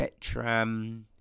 Betram